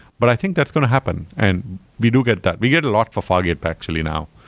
but i think that's going to happen, and we do get that. we get a lot for fargate actually now,